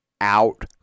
out